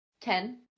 ten